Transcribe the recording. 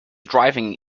driving